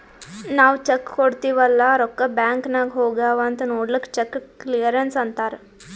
ನಾವ್ ಚೆಕ್ ಕೊಡ್ತಿವ್ ಅಲ್ಲಾ ರೊಕ್ಕಾ ಬ್ಯಾಂಕ್ ನಾಗ್ ಹೋಗ್ಯಾವ್ ಅಂತ್ ನೊಡ್ಲಕ್ ಚೆಕ್ ಕ್ಲಿಯರೆನ್ಸ್ ಅಂತ್ತಾರ್